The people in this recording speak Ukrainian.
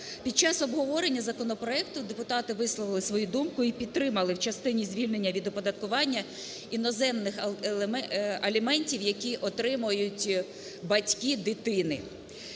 Під час обговорення законопроекту депутати висловили свою думку і підтримали в частині звільнення від оподаткування іноземних аліментів, які отримують батьки дитини.